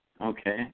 Okay